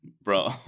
Bro